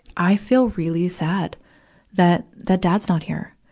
i feel really sad that, that dad's not here.